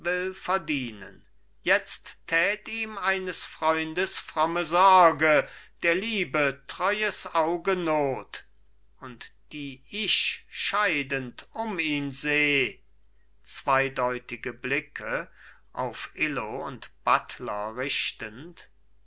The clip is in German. verdienen jetzt tät ihm eines freundes fromme sorge der liebe treues auge not und die ich scheidend um ihn seh zweideutige blicke auf illo und buttler richtend